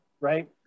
right